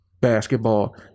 basketball